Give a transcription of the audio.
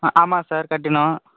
ஆமாம் சார் கட்டினோ